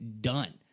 done